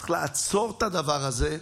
צריך לעצור את הדבר הזה,